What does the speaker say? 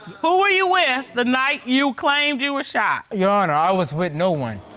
who were you with the night you claimed you were shot? your honor, i was with no one.